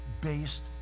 based